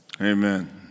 Amen